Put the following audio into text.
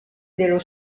dello